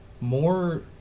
more